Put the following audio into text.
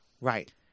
Right